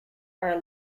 are